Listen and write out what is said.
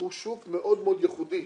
הוא שוק מאוד מאוד ייחודי,